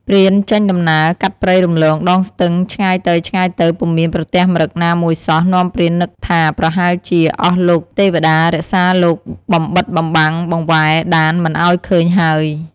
ព្រានចេញដំណើរ កាត់ព្រៃរំលងដងស្ទឹងឆ្ងាយទៅៗពុំមានប្រទះម្រឹគណាមួយសោះនាំព្រាននឹកថាប្រហែលជា អស់លោកទេព្តារក្សា លោកបំបិទបំបាំងបង្វែងដានមិនឱ្យឃើញហើយ។